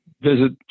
visit